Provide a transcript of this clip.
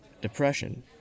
depression